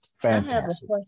Fantastic